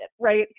right